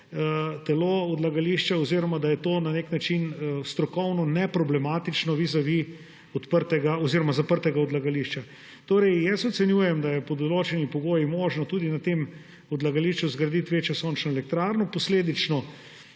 telo odlagališča, oziroma da je to na nek način strokovno neproblematično vizavi zaprtega odlagališča. Jaz ocenjujem, da je pod določenimi pogoji možno tudi na tem odlagališču zgraditi večjo sončno elektrarno, posledično